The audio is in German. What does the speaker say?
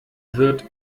wird